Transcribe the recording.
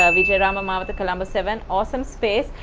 ah wijerama mawatha, colombo seven. awesome space.